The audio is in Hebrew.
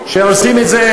שעושים את זה